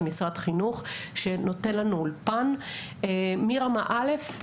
מדובר באולפן מרמה א'.